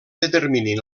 determinin